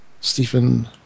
Stephen